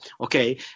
Okay